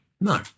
No